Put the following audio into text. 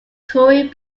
touring